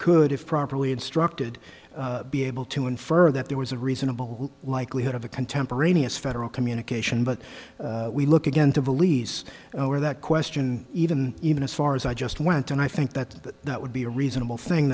have properly instructed be able to infer that there was a reasonable likelihood of a contemporaneous federal communication but we look again to release over that question even even as far as i just went and i think that that would be a reasonable thing